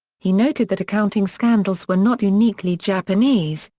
he noted that accounting scandals were not uniquely japanese,